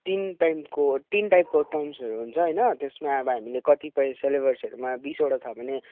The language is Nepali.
तिन टाइमको तिन टाइपको टर्म्सहरू हुन्छ होइन त्यसमा अब हामीले कतिपय सिलेबसहरूमा बिसवटा छ भने